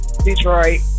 Detroit